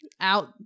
out